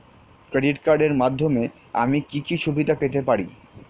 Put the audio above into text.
Credit কার্ডের মাধ্যমে আমি কি কি সুবিধা পেতে পারি?